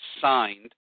signed